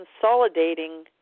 consolidating